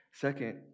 Second